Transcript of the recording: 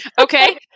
okay